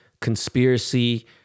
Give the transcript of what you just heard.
conspiracy